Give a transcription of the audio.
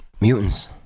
mutants